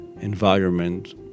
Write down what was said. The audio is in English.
environment